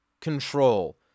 control